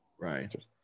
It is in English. right